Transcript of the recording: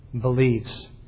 believes